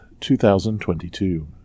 2022